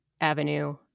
avenue